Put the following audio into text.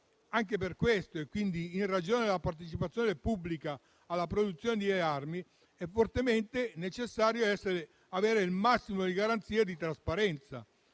Anche per questo, in ragione della partecipazione pubblica alla produzione di armi, è fortemente necessario avere il massimo di garanzia e di trasparenza.